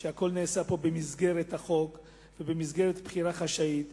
שהכול נעשה פה במסגרת החוק ובמסגרת בחירה חשאית.